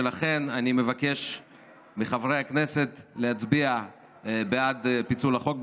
ולכן אני מבקש מחברי הכנסת להצביע בעד פיצול החוק,